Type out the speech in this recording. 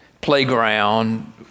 playground